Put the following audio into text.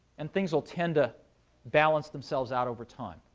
and things will tend to balance themselves out over time.